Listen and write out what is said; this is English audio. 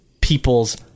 people's